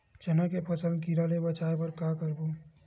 चना के फसल कीरा ले बचाय बर का करबो?